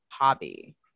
hobby